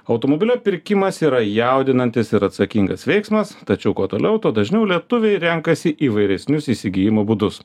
automobilio pirkimas yra jaudinantis ir atsakingas veiksmas tačiau kuo toliau tuo dažniau lietuviai renkasi įvairesnius įsigijimo būdus